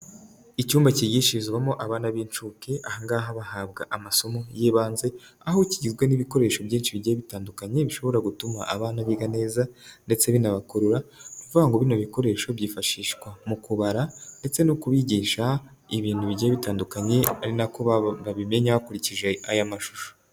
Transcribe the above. Icyumba kigishirizwamo abana b'incuke. Aha ngaha bahabwa amasomo y'ibanze. Aho kigizwe n'ibikoresho byinshi bigiye bitandukanye bishobora gutuma abana biga neza ndetse binabakurura. Ni ukuvuga ngo ibi bikoresho byifashishwa mu kubara ndetse no kubigisha ibintu bigiye bitandukanye, ari nako babimenya, hakurikijwe aya mashusho.